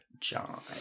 John